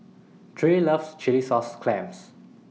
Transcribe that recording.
Trae loves Chilli Sauce Clams